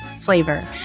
flavor